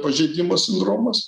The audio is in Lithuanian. pažeidimo sindromas